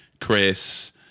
Chris